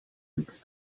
weeks